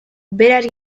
berari